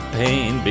pain